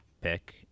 pick